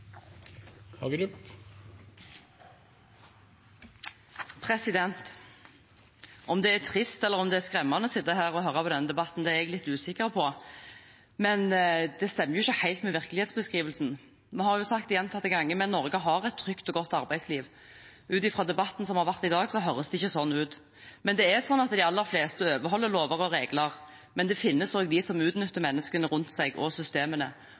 trist, eller om det er skremmende å sitte her og høre på denne debatten, er jeg litt usikker på, men det stemmer ikke helt med virkelighetsbeskrivelsen. Vi har sagt gjentatte ganger at vi i Norge har et trygt og godt arbeidsliv. Ut fra debatten som har vært i dag, høres det ikke sånn ut, men det er sånn at de aller fleste overholder lover og regler, men det finnes også de som utnytter menneskene rundt seg og systemene.